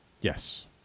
Yes